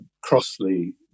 crossly